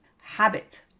habit